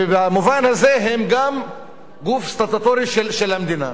ובמובן הזה הן גם גוף סטטוטורי של המדינה.